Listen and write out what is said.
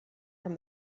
from